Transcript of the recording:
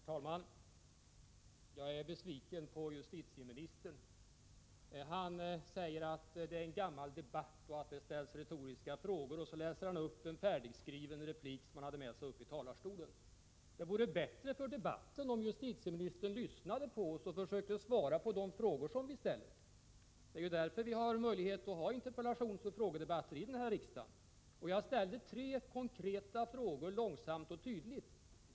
Herr talman! Jag är besviken på justitieministern. Han säger att det här är en gammal debatt och att det ställs retoriska frågor, och så läser han upp en färdigskriven replik som han hade med sig upp i talarstolen. Det vore bättre för debatten om justitieministern lyssnade på och försökte svara på de frågor vi ställer. Det är ju därför vi har möjlighet att ha interpellationsoch frågedebatter här i riksdagen. Jag ställde tre konkreta frågor som jag läste upp långsamt och tydligt.